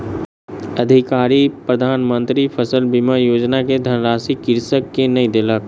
अधिकारी प्रधान मंत्री फसल बीमा योजना के धनराशि कृषक के नै देलक